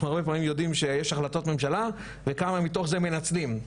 אנחנו הרבה פעמים יודעים שיש החלטות ממשלה וכמה מתוך זה הם מנצלים.